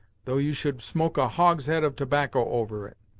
though you should smoke a hogshead of tobacco over it